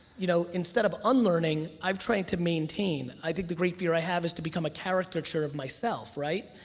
you know instead of unlearning, i've tried to maintain. i think the great fear i have is to become a caricature of myself, right?